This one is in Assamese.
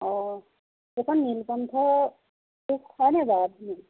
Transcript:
অ' এইখন নীলকণ্ঠ হয়নে বাৰু